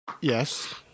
Yes